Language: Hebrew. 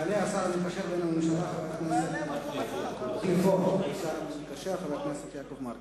יעלה מחליפו של השר המקשר, חבר הכנסת יעקב מרגי.